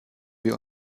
wir